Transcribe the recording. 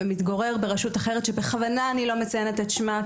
ומתגורר ברשות אחרת שבכוונה אני לא מציינת את שמה,